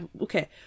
okay